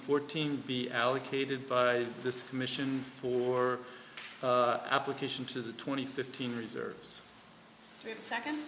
fourteen be allocated by this commission for application to the twenty fifteen reserves second